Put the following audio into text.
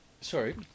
Sorry